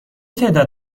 تعداد